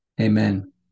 Amen